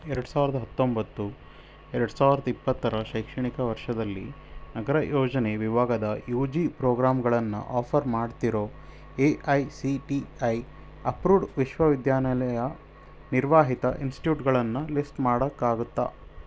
ಎರ್ಡು ಸಾವ್ರ್ದ ಹತ್ತೊಂಬತ್ತು ಎರ್ಡು ಸಾವ್ರದ ಇಪ್ಪತ್ತರ ಶೈಕ್ಷಣಿಕ ವರ್ಷದಲ್ಲಿ ನಗರ ಯೋಜನೆ ವಿಭಾಗದ ಯು ಜಿ ಪ್ರೋಗ್ರಾಂಗಳನ್ನು ಆಫರ್ ಮಾಡ್ತಿರೋ A I C T E approved ವಿಶ್ವವಿದ್ಯಾನಿಲಯ ನಿರ್ವಾಹಿತ ಇನ್ಸ್ಟಿಟ್ಯೂಟ್ಗಳನ್ನು ಲಿಸ್ಟ್ ಮಾಡೋಕ್ಕಾಗುತ್ತಾ